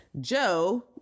Joe